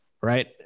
right